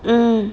mm